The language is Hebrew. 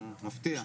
מפתיע.